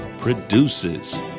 produces